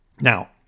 Now